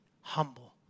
humble